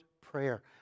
prayer